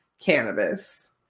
cannabis